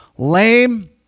Lame